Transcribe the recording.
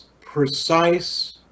precise